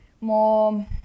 more